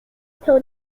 pill